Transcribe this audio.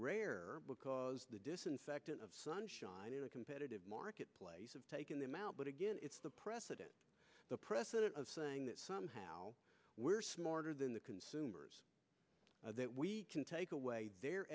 rare because the disinfectant of sunshine in the competitive marketplace of taking them out but again it's the precedent the precedent of saying that somehow we're smarter than the consumers can take away their